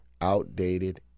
outdated